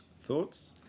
Thoughts